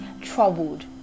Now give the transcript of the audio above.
troubled